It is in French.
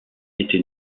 était